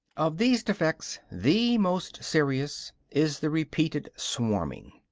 of these defects the most serious is the repeated swarming.